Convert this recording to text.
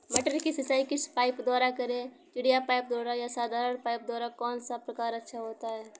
मटर की सिंचाई किस पाइप द्वारा करें चिड़िया पाइप द्वारा या साधारण पाइप द्वारा कौन सा प्रकार अच्छा होता है?